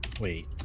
Wait